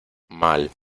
mal